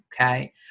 okay